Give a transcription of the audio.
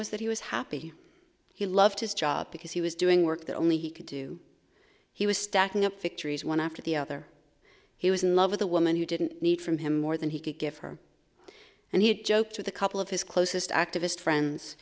was that he was happy he loved his job because he was doing work that only he could do he was stacking up victories one after the other he was in love with a woman who didn't need from him more than he could give her and he had joked with a couple of his closest activist friends